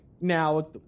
Now